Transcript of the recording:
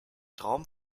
traum